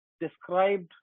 described